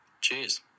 Cheers